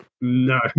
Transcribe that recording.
No